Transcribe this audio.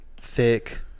thick